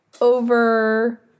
over